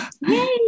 Yay